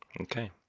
Okay